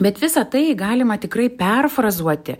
bet visa tai galima tikrai perfrazuoti